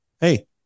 Hey